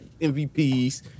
MVPs